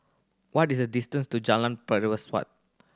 what is the distance to Jalan